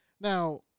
Now